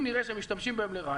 אם נראה שהם משתמשים בהם לרעה,